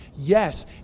yes